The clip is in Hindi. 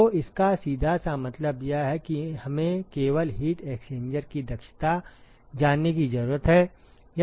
तो इसका सीधा सा मतलब यह है कि हमें केवल हीट एक्सचेंजर की दक्षता जानने की जरूरत है